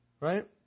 Right